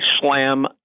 slam